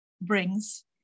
brings